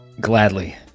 Gladly